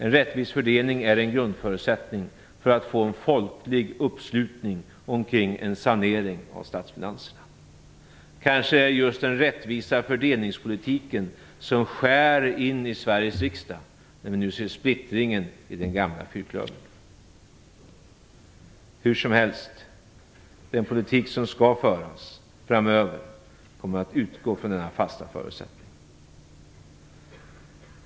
En rättvis fördelning är en grundförutsättning för att få en folklig uppslutning omkring en sanering av statsfinanserna. Kanske är det just den rättvisa fördelningspolitiken som skär in i Sveriges riksdag, där vi nu ser splittringen i den gamla fyrklövern. Hur som helst, den politik som skall föras framöver kommer att utgå från denna fasta förutsättning. Herr talman!